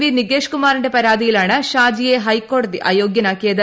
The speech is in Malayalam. വി നികേഷ് കുമാറിന്റെ പരാതിയിലാണ് ഷാജിയെ ഹൈക്കോടതി അയോഗ്യനാക്കിയത്